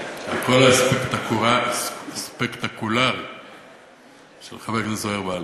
הקול הספקטקולרי של חבר הכנסת זוהיר בהלול.